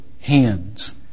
hands